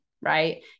right